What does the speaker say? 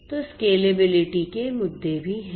तो स्केलेबिलिटी के मुद्दे भी हैं